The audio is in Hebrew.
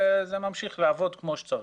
וזה ממשיך לעבוד כמו שצריך.